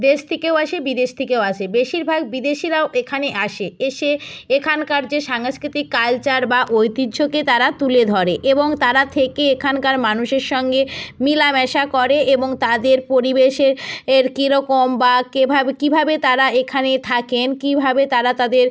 দেশ থেকেও আসে বিদেশ থেকেও আসে বেশিরভাগ বিদেশিরাও এখানে আসে এসে এখানকার যে সাংস্কৃতিক কালচার বা ঐতিহ্যকে তারা তুলে ধরে এবং তারা থেকে এখানকার মানুষের সঙ্গে মেলামেশা করে এবং তাদের পরিবেশে এর কি রকম বা কেভাবে কীভাবে তারা এখানে থাকেন কীভাবে তারা তাদের